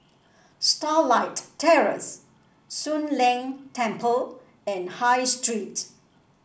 Starlight Terrace Soon Leng Temple and High Street